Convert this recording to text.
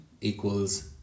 equals